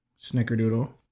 snickerdoodle